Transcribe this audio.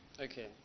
Okay